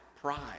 pride